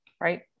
right